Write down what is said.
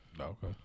Okay